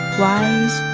wise